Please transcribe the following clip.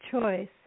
choice